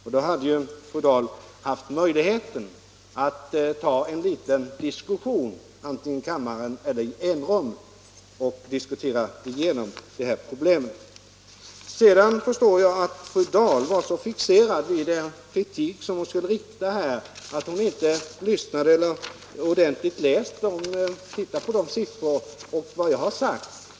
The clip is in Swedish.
Fru Dahl hade ju haft möjlighet att ta en liten diskussion om de här problemen med dåvarande socialministern antingen här i kammaren eller i enrum. Sedan förstår jag att fru Dahl har varit så fixerad vid den kritik som hon skulle rikta mot mig att hon inte ordentligt läst de siffror som finns redovisade i mitt svar eller hört vad jag har sagt.